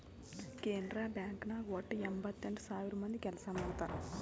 Canara Bank ನಾಗ್ ವಟ್ಟ ಎಂಭತ್ತೆಂಟ್ ಸಾವಿರ ಮಂದಿ ಕೆಲ್ಸಾ ಮಾಡ್ತಾರ್